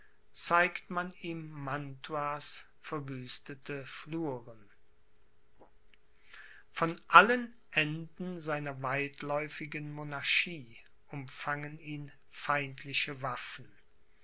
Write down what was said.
zeigt man ihm mantuas verwüstete fluren von allen enden seiner weitläufigen monarchie umfangen ihn feindliche waffen